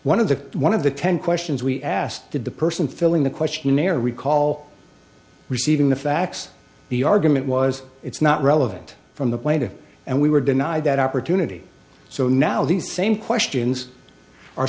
one of the one of the ten questions we asked did the person filling the questionnaire recall receiving the facts the argument was it's not relevant from the plaintiff and we were denied that opportunity so now these same questions are